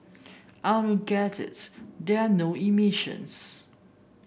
I don't get it there are no emissions